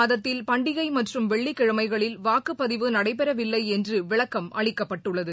மாதத்தில் பண்டிகை மற்றும் வெள்ளிக் கிழமைகளில் வாக்குப் ரமலான் பதிவு நடைபெறவில்லை என்று விளக்கம் அளிக்கப்பட்டுள்ளது